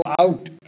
out